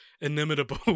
inimitable